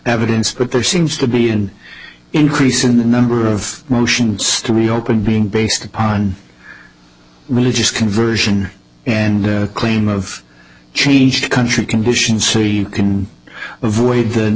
evidence but there seems to be an increase in the number of motions to reopen being based upon religious conversion and claim of change to country conditions so you can avoid the